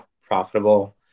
profitable